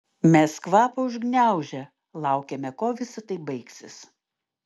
mes kvapą užgniaužę laukėme kuo visa tai baigsis